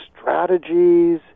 strategies